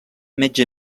metge